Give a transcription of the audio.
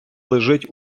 лежить